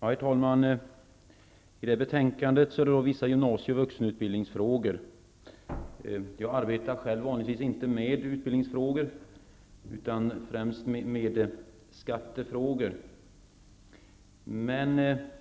Herr talman! I detta betänkande behandlas vissa gymnasie och vuxenutbildningsfrågor. Jag arbetar vanligtvis inte med utbildningsfrågor utan främst med skattefrågor.